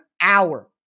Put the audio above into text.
hour